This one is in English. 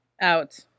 Out